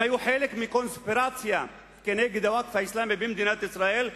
הם היו חלק מקונספירציה כנגד הווקף האסלאמי במדינת ישראל,